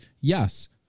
yes